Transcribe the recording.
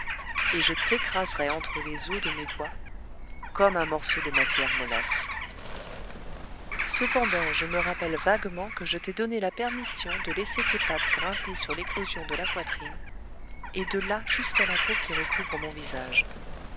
et je t'écraserai entre les os de mes doigts comme un morceau de matière mollasse cependant je me rappelle vaguement que je t'ai donné la permission de laisser tes pattes grimper sur l'éclosion de la poitrine et de là jusqu'à la peau qui recouvre mon visage